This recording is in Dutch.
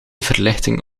verlichting